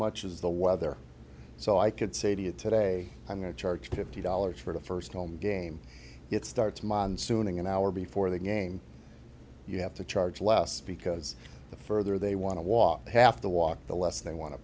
much as the weather so i could say to you today i'm going to charge fifty dollars for the first home game it starts monsoon an hour before the game you have to charge less because the further they want to walk half the walk the less they wan